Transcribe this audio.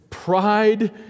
Pride